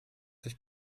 sich